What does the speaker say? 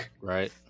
right